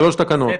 "סט"